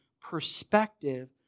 perspective